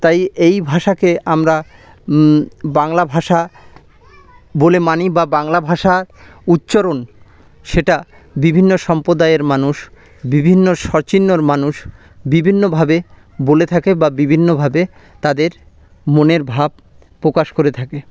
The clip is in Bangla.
তাই এই ভাষাকে আমরা বাংলা ভাষা বলে মানি বা বাংলা ভাষার উচ্চারণ সেটা বিভিন্ন সম্প্রদায়ের মানুষ বিভিন্ন মানুষ বিভিন্নভাবে বলে থাকে বা বিভিন্নভাবে তাদের মনের ভাব প্রকাশ করে থাকে